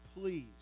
please